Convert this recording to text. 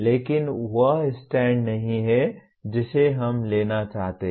लेकिन यह वह स्टैंड नहीं है जिसे हम लेना चाहते हैं